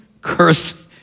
cursed